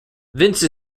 vince